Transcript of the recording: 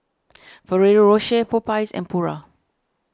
Ferrero Rocher Popeyes and Pura